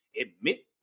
admit